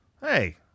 Hey